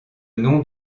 nom